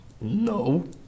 No